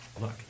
Look